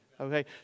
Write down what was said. Okay